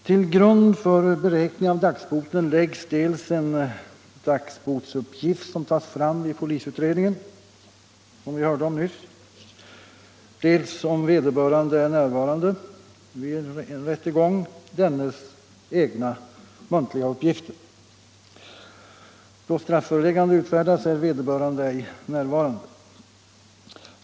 Till grund för beräkning av dagsboten läggs, som vi nyss hörde, dels en dagsbotsuppgift som tas fram vid polisutredningen, dels, om vederbörande är närvarande vid en rättegång, vederbörandes egna muntliga uppgifter. Då strafföreläggande utfärdas är vederbörande ej närvarande.